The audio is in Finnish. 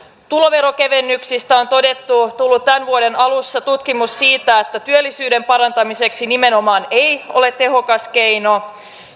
tuloverokevennyksistä on todettu tämän vuoden alussa on tullut tutkimus että työllisyyden parantamiseksi ne nimenomaan eivät ole tehokas keino